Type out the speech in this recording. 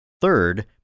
Third